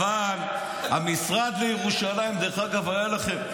אבל המשרד לירושלים היה לכם.